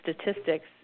statistics